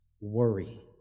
worry